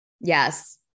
Yes